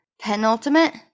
penultimate